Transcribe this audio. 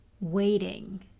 waiting